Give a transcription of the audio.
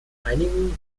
einigen